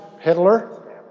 Hitler